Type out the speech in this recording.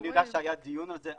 אני יודע שהיה דיון על זה.